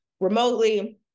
remotely